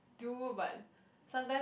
do but sometimes